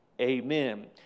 Amen